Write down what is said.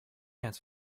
dance